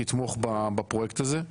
תתמוך בפרויקט הזה.